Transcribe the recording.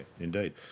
indeed